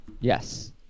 Yes